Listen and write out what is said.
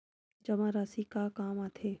जमा राशि का काम आथे?